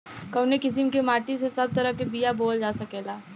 कवने किसीम के माटी में सब तरह के बिया बोवल जा सकेला?